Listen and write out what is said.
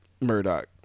Murdoch